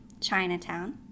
Chinatown